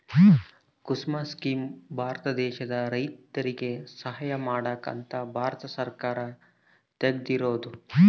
ಕುಸುಮ scheme Bharat ದೇಶದ ರೈತರಿಗೆ ಸಹಾಯ ಮಾಡಕ ಅಂತ ಭಾರತ ಸರ್ಕಾರ ತೆಗ್ದಿರೊದು